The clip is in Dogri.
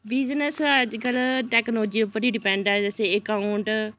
बिजनस अज्जकल टैक्नोलोजी पर गै डपैंड ऐ जैसे अकाउंट